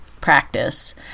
practice